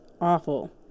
awful